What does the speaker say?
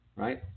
Right